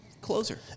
closer